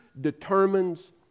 determines